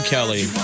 Kelly